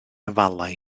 afalau